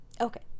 okay